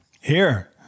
Here